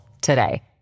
today